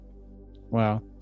Wow